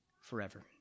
forever